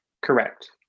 Correct